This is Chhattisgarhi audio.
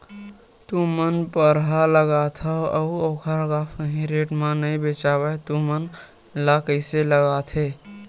तू मन परहा लगाथव अउ ओखर हा सही रेट मा नई बेचवाए तू मन ला कइसे लगथे?